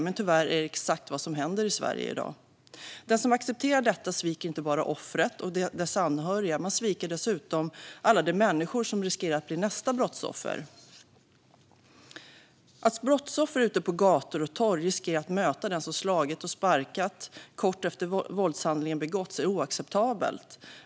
Men tyvärr är det exakt vad som händer i Sverige i dag. Den som accepterar detta sviker inte bara offret och dess anhöriga; man sviker dessutom alla de människor som riskerar att bli nästa brottsoffer. Att brottsoffer ute på gator och torg riskerar att möta den som slagit och sparkat kort efter att våldshandlingen begåtts är oacceptabelt.